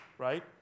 right